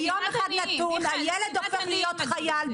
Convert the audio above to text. ביום נתון הילד הופך להיות חייל,